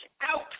out